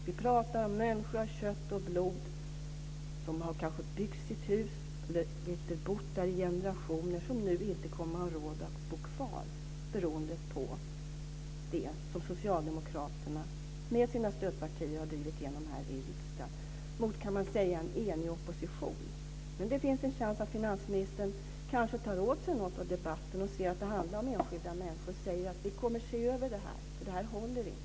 Vi talar om människor av kött och blod som kanske har byggt sitt hus eller har bott i det i generationer och som nu inte kommer att ha råd att bo kvar beroende på det som Socialdemokraterna med sina stödpartier har drivit igenom här i riksdagen. Det kan sägas ha skett mot en enig opposition. Men finansministern har en chans att ta åt sig något av debatten och se att det handlar om enskilda människor. Han kan säga att man kommer att se över det här, för det håller inte.